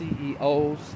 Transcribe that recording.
CEOs